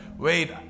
wait